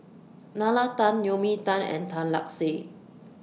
Nalla Tan Naomi Tan and Tan Lark Sye